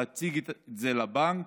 להציג את זה לבנק,